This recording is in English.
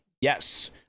Yes